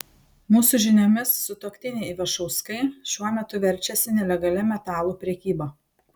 mūsų žiniomis sutuoktiniai ivašauskai šiuo metu verčiasi nelegalia metalų prekyba